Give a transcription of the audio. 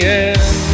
end